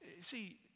See